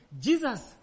Jesus